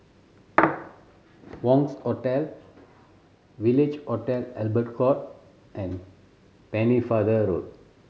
Wangz Hotel Village Hotel Albert Court and Pennefather Road